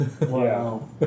Wow